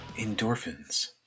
Endorphins